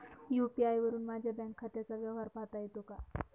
UPI वरुन माझ्या bank खात्याचा व्यवहार पाहता येतो का?